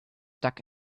duck